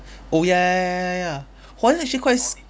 oh ya ya ya ya ya actually quite s~